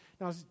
Now